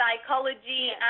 psychology